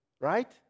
right